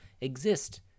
exist